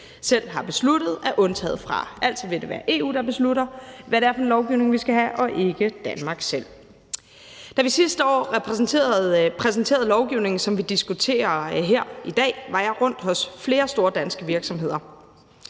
selv har besluttet, er undtaget fra; altså vil det være EU, der beslutter, hvad det er for en lovgivning, vi skal have, og ikke Danmark selv. Da vi sidste år præsenterede den lovgivning, som vi diskuterer her i dag, var jeg rundt hos flere store danske virksomheder,